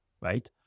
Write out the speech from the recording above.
right